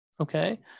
okay